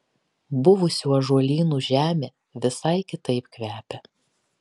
buvusių ąžuolynų žemė visai kitaip kvepia